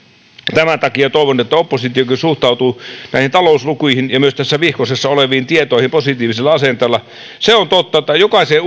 tämän takia toivon että oppositiokin suhtautuu näihin talouslukuihin ja myös tässä vihkosessa oleviin tietoihin positiivisella asenteella se on totta että jokaiseen